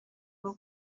bwo